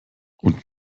und